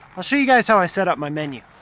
i'll show you guys how i set up my menu.